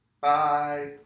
Bye